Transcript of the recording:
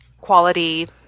quality